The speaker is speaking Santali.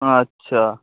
ᱟᱪᱷᱟ